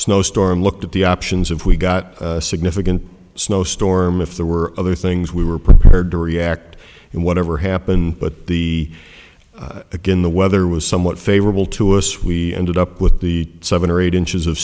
snowstorm looked at the options if we got a significant snow storm if there were other things we were prepared to react and whatever happened but the again the weather was somewhat favorable to us we ended up with the seven or eight inches of